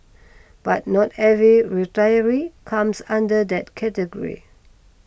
but not every retiree comes under that category